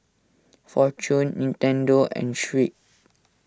Fortune Nintendo and Schick